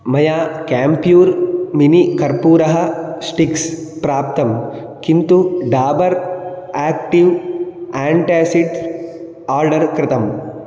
मया camphor mini कर्पूरः sticks प्राप्तं किन्तु डाबर् एक्टिव् एण्टेसिड् आर्डर् कृतम्